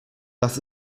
das